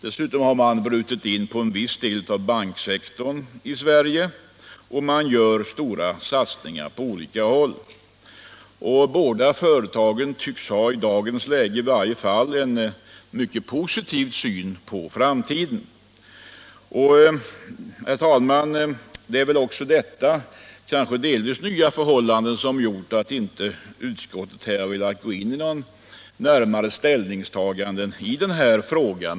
Dessutom har företaget brutit in i en viss del av banksektorn i Sverige och gör stora satsningar på olika håll. Båda företagen tycks i dagens läge ha en mycket positiv syn på framtiden. Det är väl också detta kanske delvis nya förhållande som har gjort att utskottet här inte velat gå in på något närmare ställningstagande i frågan.